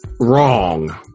Wrong